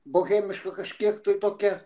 bohemiška kažkiek tai tokia